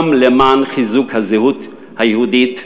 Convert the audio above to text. גם למען חיזוק הזהות היהודית,